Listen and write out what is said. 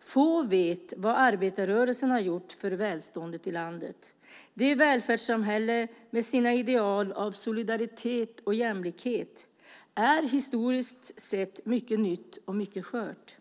Få vet vad arbetarrörelsen har gjort för välståndet i landet. Välfärdssamhället med sina ideal av solidaritet och jämlikhet är historiskt sett mycket nytt och mycket skört.